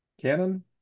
Cannon